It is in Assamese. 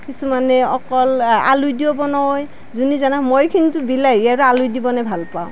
কিছুমানে অকল আলু দিও বনয় যোনে যেনেকৈ মই কিন্তু বিলাহী আৰু আলু দি বনাই ভাল পাওঁ